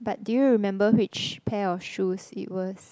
but do you remember which pair of shoes it was